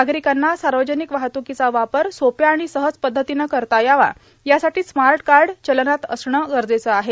नागरिकांना सार्वजनिक वाहतुकीचा वापर सोप्या आणि सहज पद्धतीनं करता यावा यासाठी स्मार्ट कार्ड चलनात असणं गरजेचं आहे